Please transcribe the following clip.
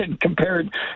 compared